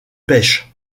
pêche